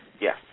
Yes